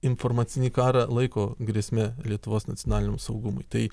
informacinį karą laiko grėsme lietuvos nacionaliniam saugumui tai